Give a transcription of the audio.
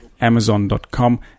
amazon.com